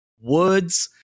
woods